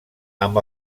amb